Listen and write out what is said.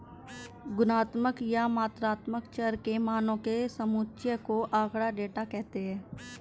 गुणात्मक या मात्रात्मक चर के मानों के समुच्चय को आँकड़ा, डेटा कहते हैं